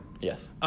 Yes